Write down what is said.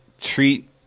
treat